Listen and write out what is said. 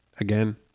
again